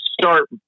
start